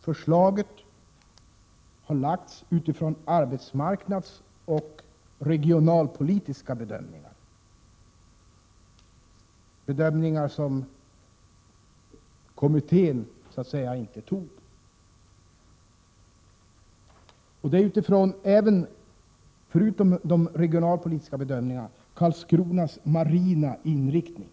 Förslaget har framlagts utifrån arbetsmarknadsoch regionalpolitiska bedömningar, som inte grundar sig på kommitténs överlägganden, liksom med tanke på Karlskronas marina inriktning.